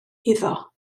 iddo